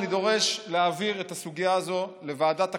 אני דורש להעביר את הסוגיה הזאת לוועדת הכספים,